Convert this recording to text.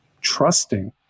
trusting